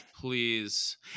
please